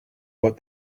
but